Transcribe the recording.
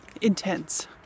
intense